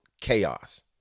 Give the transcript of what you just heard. chaos